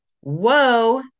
Whoa